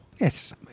Yes